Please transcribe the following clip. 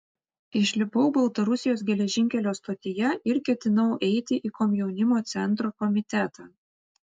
išlipau baltarusijos geležinkelio stotyje ir ketinau eiti į komjaunimo centro komitetą